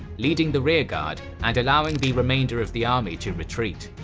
leading the rearguard and allowing the remainder of the army to retreat.